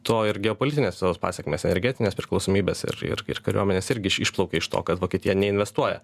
to ir geopolitinės tos pasekmės energetinės priklausomybės ir ir ir kariuomenės irgi išplaukia iš to kad vokietija neinvestuoja